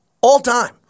All-time